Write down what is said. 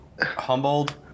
Humboldt